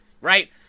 Right